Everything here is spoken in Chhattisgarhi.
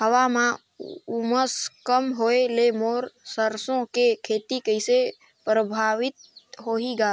हवा म उमस कम होए ले मोर सरसो के खेती कइसे प्रभावित होही ग?